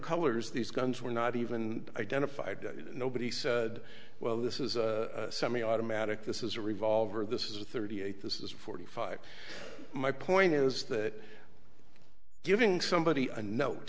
colors these guns were not even identified nobody said well this is a semiautomatic this is a revolver this is a thirty eight this is forty five my point is that giving somebody a note